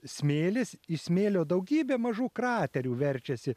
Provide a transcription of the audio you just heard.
smėlis iš smėlio daugybė mažų kraterių verčiasi